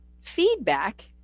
feedback